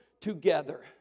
together